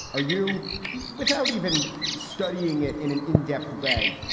are you you without even studying it in an in-depth way?